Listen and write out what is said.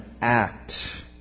act